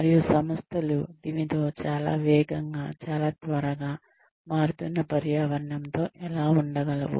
మరియు సంస్థలు దీనితో చాలా వేగంగా చాలా త్వరగా మారుతున్న పర్యావరణంతో ఎలా ఉండగలవు